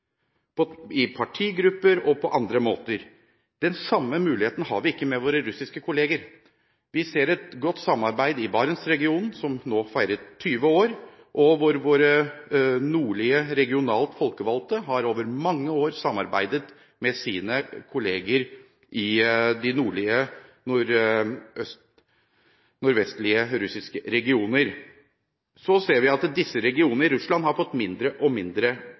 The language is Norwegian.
i partigrupper og på andre måter. Den samme muligheten har vi ikke med våre russiske kolleger. Vi ser et godt samarbeid i Barentsregionen som nå feiret 20 år, hvor våre nordlige regionalt folkevalgte over mange år har samarbeidet med sine kolleger i de nordvestlige russiske regioner. Vi ser at disse regionene i Russland har fått mindre og mindre